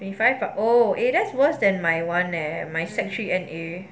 twenty five oh eh that's worse than my [one] leh my sec three N_A